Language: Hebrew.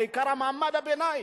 בעיקר מעמד הביניים.